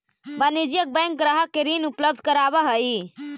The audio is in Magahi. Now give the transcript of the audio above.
वाणिज्यिक बैंक ग्राहक के ऋण उपलब्ध करावऽ हइ